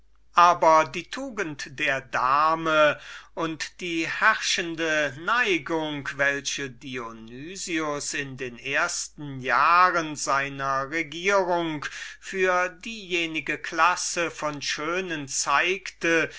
aber die tugend der dame und die herrschende neigung welche dionys in den ersten jahren seiner regierung für diejenige klasse von schönen zeigte